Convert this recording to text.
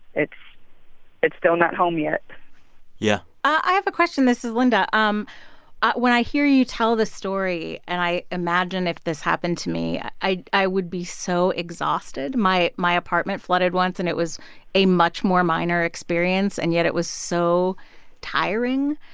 it's still not home yet yeah i have a question. this is linda. um when i hear you tell this story, and i imagine if this happened to me, i i would be so exhausted. my my apartment flooded once, and it was a much more minor experience. and yet it was so tiring.